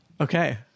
Okay